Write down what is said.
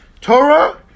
Torah